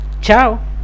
ciao